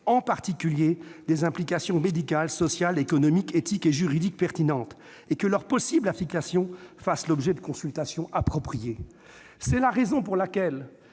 en particulier, des implications médicales, sociales, économiques, éthiques et juridiques pertinentes, et que leurs possibles applications fassent l'objet de consultations appropriées. » C'est la raison pour laquelle